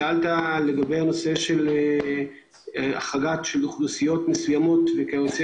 בנושא של החרגה של אוכלוסיות מסוימות, אני רוצה